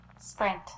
Sprint